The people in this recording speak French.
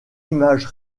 image